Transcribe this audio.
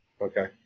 Okay